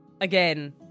again